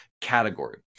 category